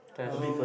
test